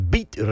Beat